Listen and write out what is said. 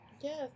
Yes